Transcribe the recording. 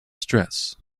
stress